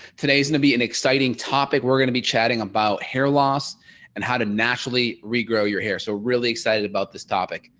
today's going and to be an exciting topic we're going to be chatting about hair loss and how to naturally regrow your hair so, really excited about this topic.